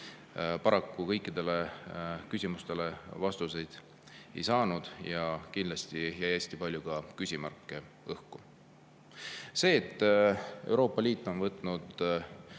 Paraku kõikidele küsimustele vastuseid ei saanud ja kindlasti jäi õhku ka hästi palju küsimärke. See, et Euroopa Liit on võtnud